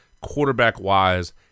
quarterback-wise